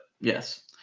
yes